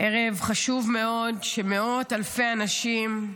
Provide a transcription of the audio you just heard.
בערב חשוב מאוד, מאות אלפי אנשים,